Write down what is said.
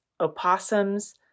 opossums